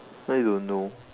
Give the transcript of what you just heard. I don't know